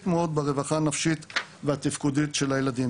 מאוד ברווחה הנפשית והתפקודית של הילדים.